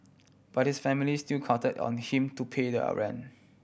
but his family still counted on him to pay their rent